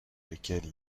lesquelles